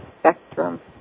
spectrum